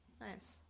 Nice